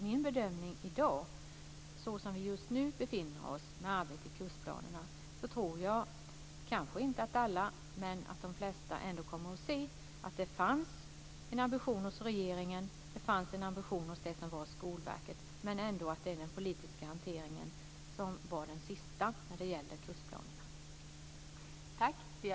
Min bedömning i dag, med tanke på var vi just nu befinner oss med arbetet kring kursplanerna, är att jag tror att kanske inte alla men de flesta kommer att se att det fanns en ambition hos regeringen och hos Skolverket, men att det ändå är den politiska hanteringen som var den sista när det gäller kursplanerna.